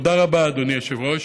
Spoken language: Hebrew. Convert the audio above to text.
תודה רבה, אדוני היושב-ראש.